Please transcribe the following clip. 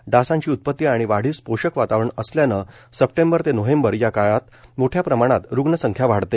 डासांची उत्पत्ती आणि वाढीस पोषक वातावरण असल्यानं सप्टेंबर ते नोव्हेंबर या काळात मोठ्या प्रमाणात रुग्णसंख्या वाढते